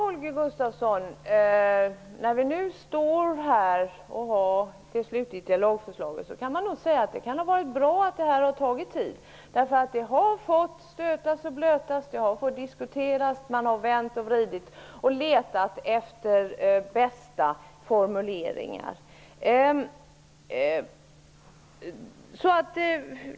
Fru talman! När vi nu står här och har det slutgiltiga lagförslaget framför oss kan man nog säga att det kan ha varit bra att detta har tagit tid, Holger Gustafsson. Det har stötts och blötts, det har diskuterats, man har vänt och vridit på det och letat efter de bästa formuleringarna.